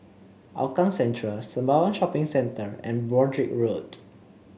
Hougang Central Sembawang Shopping Centre and Broadrick Road